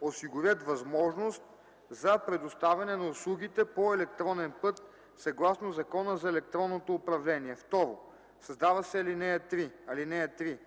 осигурят възможност за предоставяне на услугите по електронен път съгласно Закона за електронното управление.” 2. Създава се ал. 3: